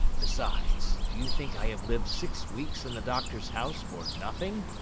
besides, do you think i have lived six weeks in the doctor's house for nothing